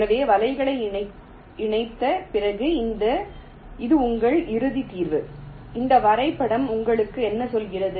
எனவே வலைகளை இணைத்த பிறகு இது உங்கள் இறுதி தீர்வு இந்த வரைபடம் உங்களுக்கு என்ன சொல்கிறது